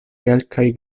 kelkaj